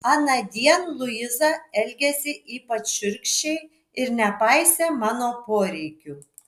anądien luiza elgėsi ypač šiurkščiai ir nepaisė mano poreikių